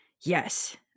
Yes